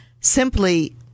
simply